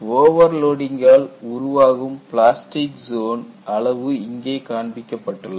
ஓவர்லோடிங்கால் உருவாகும் பிளாஸ்டிக் ஜோனின் அளவு இங்கே காண்பிக்கப்பட்டுள்ளது